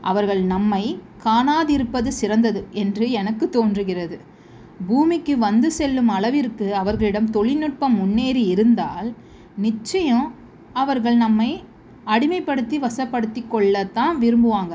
அவர்கள் நம்மை காணாதிருப்பது சிறந்தது என்று எனக்கு தோன்றுகிறது பூமிக்கு வந்து செல்லும் அளவிற்கு அவர்களிடம் தொலில்நுட்பம் முன்னேறி இருந்தால் நிச்சயம் அவர்கள் நம்மை அடிமை படுத்தி வசப்படுத்தி கொள்ளத்தான் விரும்புவாங்கள்